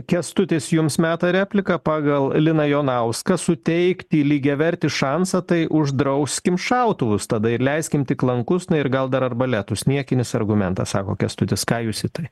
kęstutis jums meta repliką pagal liną jonauską suteikti lygiavertį šansą tai uždrauskim šautuvus tada ir leiskim tik lankus na ir gal dar arbaletus niekinis argumentas sako kęstutis ką jūs į tai